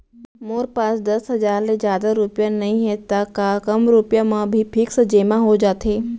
मोर पास दस हजार ले जादा रुपिया नइहे त का कम रुपिया म भी फिक्स जेमा हो जाथे?